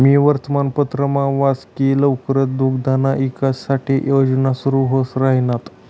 मी वर्तमानपत्रमा वाच की लवकरच दुग्धना ईकास साठे योजना सुरू व्हाई राहिन्यात